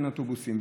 ואין אוטובוסים.